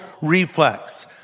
reflex